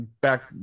back